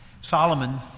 Solomon